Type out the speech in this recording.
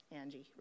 Angie